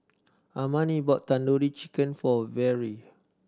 Armani bought Tandoori Chicken for Vere